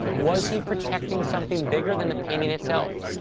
was he protecting something bigger than the painting itself?